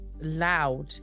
loud